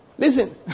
Listen